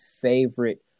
favorite